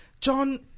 John